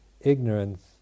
ignorance